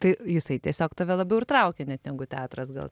tai jisai tiesiog tave labiau ir traukė net negu teatras gal